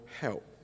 help